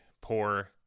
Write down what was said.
poor